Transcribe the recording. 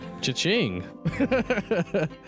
Cha-ching